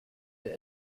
der